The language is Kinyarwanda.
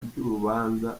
ry’urubanza